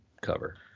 Cover